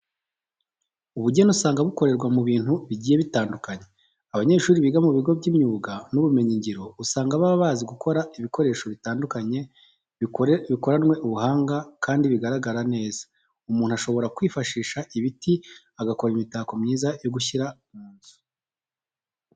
Ubugeni usanga bukorwa mu bintu bigiye bitandukanye. Abanyeshuri biga mu bigo by'imyuga n'ubumenyingiro usanga baba bazi gukora ibikoresho bitandukanye bikoranwe ubuhanga kandi bigaragara neza. Umuntu ashobora kwifashisha ibiti agakora imitako myiza yo gushyira mu nzu.